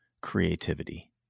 creativity